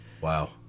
wow